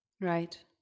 Right